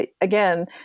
again